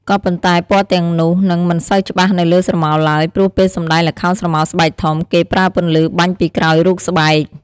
ក៏ប៉ុន្តែ ពណ៌ទាំងនោះនឹងមិនសូវច្បាស់នៅលើស្រមោលឡើយ ព្រោះពេលសម្តែងល្ខោនស្រមោលស្បែកធំ គេប្រើពន្លឺបាញ់ពីក្រោយរូបស្បែក។